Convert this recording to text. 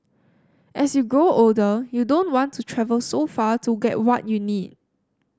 as you grow older you don't want to travel so far to get what you need